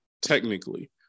technically